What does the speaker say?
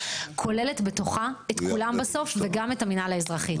כוללת בתוכה את כולם בסוף וגם את המנהל האזרחי.